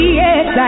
yes